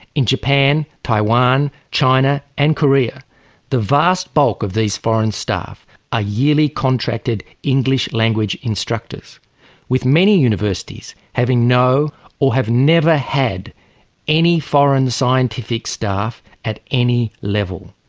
in japan, taiwan, china and korea the vast bulk of these foreign staff are ah yearly contracted english language instructors with many universities having no or have never had any foreign scientific staff at any level.